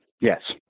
yes